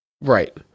Right